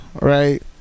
right